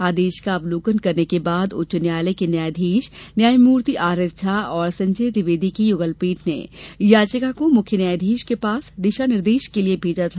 आदेश का अवलोकन करने के बाद उच्च न्यायालय के न्यायाधीश न्यायमूर्ति आरएसझा और संजय दिवेदी की युगल पीठ ने याचिका को मुख्य न्यायाधीश के पास दिशा निर्देश के लिये भेजा था